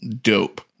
Dope